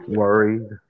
worried